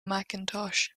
macintosh